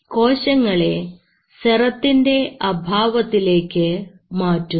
കോശങ്ങളെ സെറത്തിൻറെ അഭാവത്തിലേക്ക് മാറ്റുന്നു